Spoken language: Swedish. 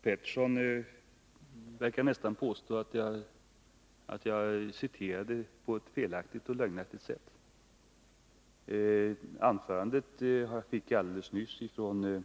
Herr talman! Lennart Pettersson tycks nästan vilja påstå att jag citerade på ett felaktigt och lögnaktigt sätt. Jag fick alldeles nyss anförandet från